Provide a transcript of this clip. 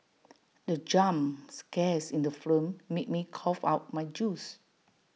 the jump scares in the film made me cough out my juice